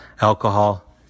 alcohol